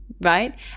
right